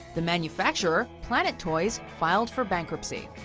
the manufacturer, planet toys filed for bankruptcy.